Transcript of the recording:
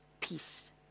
Peace